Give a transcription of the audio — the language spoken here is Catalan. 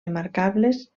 remarcables